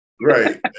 right